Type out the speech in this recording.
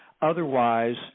Otherwise